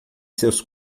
seus